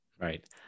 Right